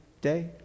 Day